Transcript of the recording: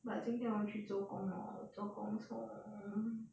but 今天我要去做工 orh 做工从